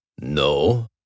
No